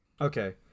Okay